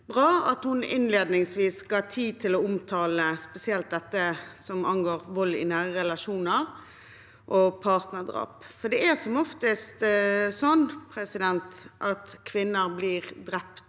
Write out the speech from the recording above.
bra at hun innledningsvis tok seg tid til å omtale spesielt det som angår vold i nære relasjoner og partnerdrap, for det er som oftest sånn at kvinner blir drept